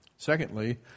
Secondly